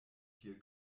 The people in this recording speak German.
vier